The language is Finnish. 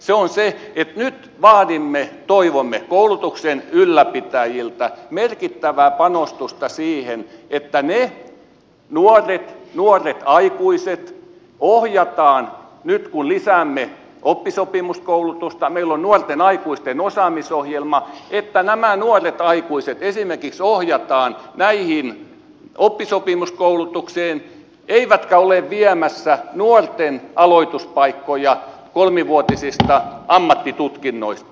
se on se että nyt vaadimme toivomme koulutuksen ylläpitäjiltä merkittävää panostusta siihen että ne nuoret aikuiset ohjataan nyt kun lisäämme oppisopimuskoulutusta meillä on nuorten aikuisten osaamisohjelma näihin oppisopimuskoulutuksiin niin että he eivät ole viemässä nuorten aloituspaikkoja kolmivuotisista ammattitutkinnoista